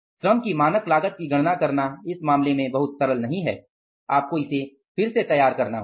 श्रम की मानक लागत की गणना करना इस मामले में बहुत सरल नहीं होगा आपको इसे फिर से तैयार करना होगा